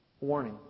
warning